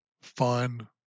fun